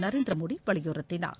நரேந்திர மோடி வலியுறுத்தினார்